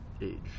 age